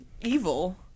evil